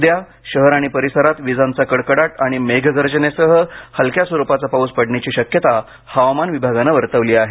उद्या शहर आणि परिसरात विजांचा कडकडाट आणि मेघगर्जनेसह हलक्या स्वरूपाचा पाऊस पडण्याची शक्यता हवामान विभागानं वर्तवली आहे